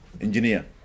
engineer